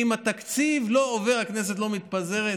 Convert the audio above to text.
שאם התקציב לא עובר הכנסת לא מתפזרת?